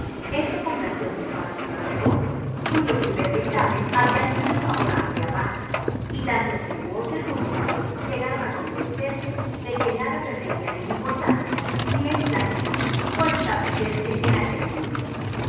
esto complació mucho a la señora de rusell cuyo primer dictamen había sido favorable a bath y tanto sir walter como isabel llegaron a convencerse de que nada perderían en importancia ni en placeres por establecerse en aquel punto la